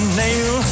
nail